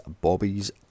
Bobby's